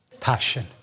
Passion